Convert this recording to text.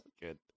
good